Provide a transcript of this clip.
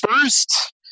first